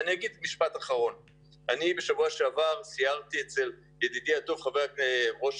בשבוע שעבר סיירתי עם ידידי הטוב ראש